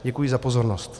Děkuji za pozornost.